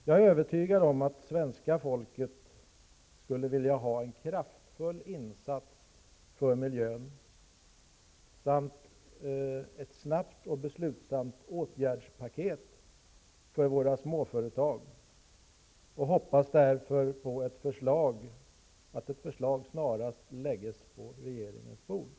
Jag är övertygad om att svenska folket skulle vilja ha en kraftfull insats för miljön samt ett snabbt och beslutsamt åtgärdspaket för våra småföretag och hoppas därför att ett förslag snarast läggs på riksdagens bord.